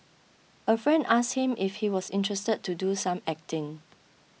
a friend asked him if he was interested to do some acting